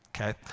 okay